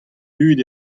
dud